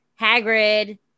Hagrid